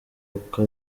uko